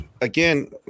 again